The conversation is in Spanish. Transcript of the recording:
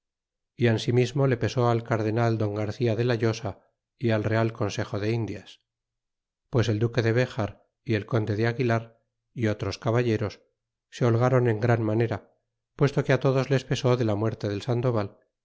y ensimismo le pesó al cardenal don garcía de layosa y al real consejo de indias pues el duque de bejar y el conde de aguilar y otros caballeros se holgaron en gran manera puesto que todos les pesó de la muerte del sandoval